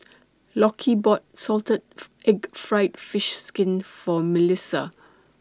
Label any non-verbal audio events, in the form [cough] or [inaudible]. [noise] Lockie bought Salted Egg Fried Fish Skin For Milissa